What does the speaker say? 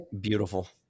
beautiful